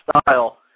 style